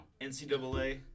NCAA